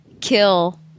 kill